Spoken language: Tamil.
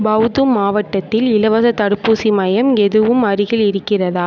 பவ்து மாவட்டத்தில் இலவசத் தடுப்பூசி மையம் எதுவும் அருகில் இருக்கிறதா